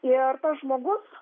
ir tas žmogus